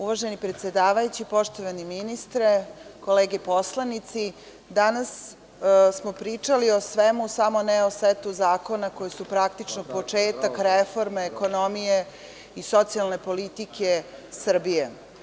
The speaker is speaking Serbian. Uvaženi predsedavajući, poštovani ministre, kolege poslanici, danas smo pričali o svemu samo ne o setu zakona koji su praktično početak reforme ekonomije i socijalne politike Srbije.